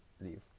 leave